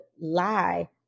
lie